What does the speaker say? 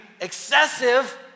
excessive